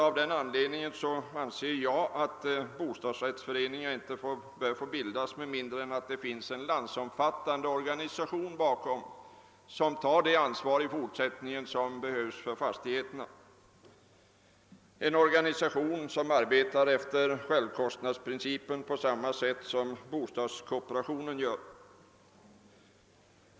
Av denna anledning anser jag att bostadsrättsförening inte bör få bildas med mindre än att det finns en landsomfattande organisation bakom, som tar det ansvar för fastigheterna som behövs i fortsättningen, en organisation som arbetar efter självkostnadsprincipen på samma sätt som bostadskooperationen gör.